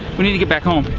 we need to get back home.